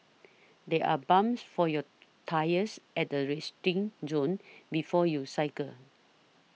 there are pumps for your tyres at the resting zone before you cycle